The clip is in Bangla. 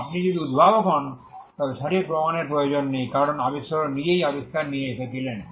আপনি যদি উদ্ভাবক হন তবে সঠিক প্রমাণের প্রয়োজন নেই কারণ আবিষ্কারক নিজেই আবিষ্কার নিয়ে এসেছিলেন